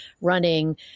running